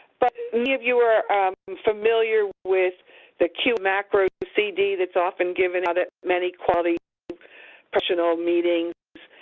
but many of you are familiar with the qi macro cd that's often given out at many quality professional meetings,